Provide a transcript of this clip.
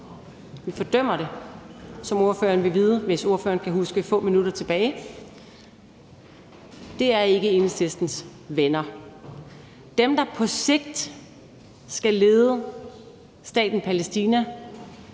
Vi fordømmer det, som ordføreren vil vide, hvis ordføreren kan huske få minutter tilbage. Det er ikke Enhedslistens venner. Dem, der på sigt skal lede staten Palæstina,